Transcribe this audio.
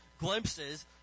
glimpses